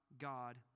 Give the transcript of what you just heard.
God